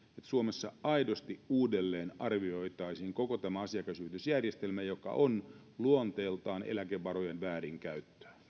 suomessa aidosti uudelleenarvioitaisiin koko tämä asiakashyvitysjärjestelmä joka on luonteeltaan eläkevarojen väärinkäyttöä